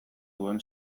duen